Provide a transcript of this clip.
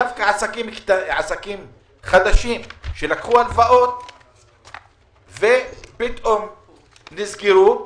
דווקא עסקים חדשים שלקחו הלוואות ופתאום נסגרו.